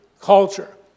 culture